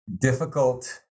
difficult